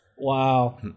Wow